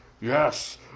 yes